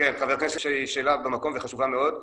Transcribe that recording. הכנסת ארבל שאלה במקום וחשובה מאוד.